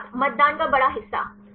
छात्र मतदान का बड़ा हिस्सा